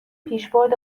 پیشبرد